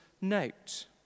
note